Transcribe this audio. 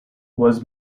was